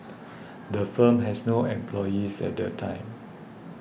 the firm has no employees at the time